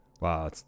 Wow